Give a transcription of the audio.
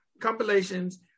compilations